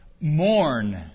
Mourn